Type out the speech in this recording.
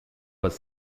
was